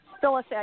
phyllis